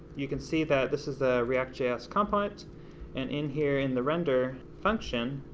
you can see that this is a react js component and in here, in the render function,